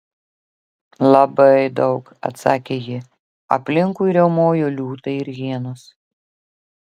labai daug atsakė ji aplinkui riaumojo liūtai ir hienos